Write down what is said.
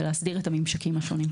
ולהסדיר את הממשקים השונים.